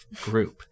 group